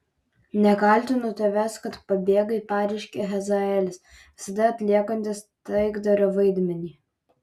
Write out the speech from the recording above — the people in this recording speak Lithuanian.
nekaltinu tavęs kad pabėgai pareiškė hazaelis visada atliekantis taikdario vaidmenį